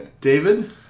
David